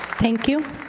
thank you.